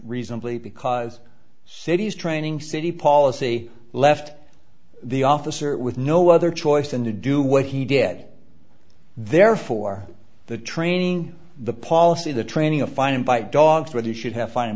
reasonably because cities training city policy left the officer with no other choice than to do what he did therefore the training the policy the training a fine bite dogs ready should have f